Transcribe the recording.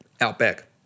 Outback